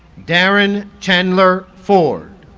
darren chandler ford